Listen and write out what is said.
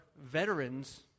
veterans